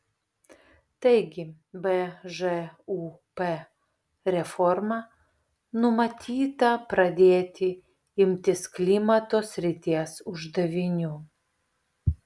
taigi bžūp reforma numatyta pradėti imtis klimato srities uždavinių